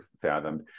fathomed